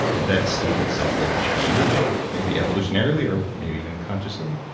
that sleep itself will change maybe evolutionary, or maybe even consciously?